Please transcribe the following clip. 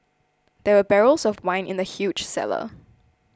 there were barrels of wine in the huge cellar